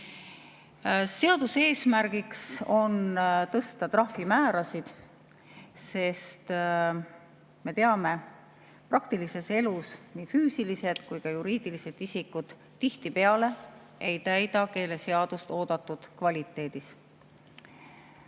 Seaduse eesmärk on tõsta trahvimäärasid, sest me teame, et praktilises elus nii füüsilised kui ka juriidilised isikud tihtipeale ei täida keeleseadust oodatud kvaliteedis. Mis